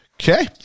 Okay